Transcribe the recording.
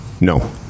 No